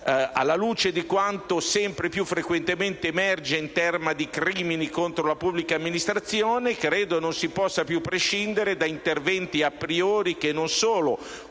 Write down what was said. Alla luce di quanto sempre più frequentemente emerge in tema di crimini contro la pubblica amministrazione, credo non si possa più prescindere da interventi a priori, senza agire solo con